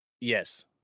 Yes